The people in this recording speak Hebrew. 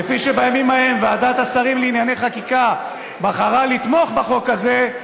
כפי שבימים ההם ועדת השרים לענייני חקיקה בחרה לתמוך בחוק הזה,